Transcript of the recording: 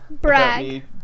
Brag